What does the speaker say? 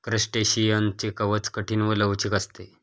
क्रस्टेशियनचे कवच कठीण व लवचिक असते